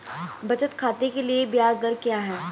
बचत खाते के लिए ब्याज दर क्या है?